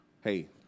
Hey